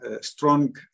strong